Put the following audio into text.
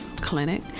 clinic